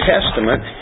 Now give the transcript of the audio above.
Testament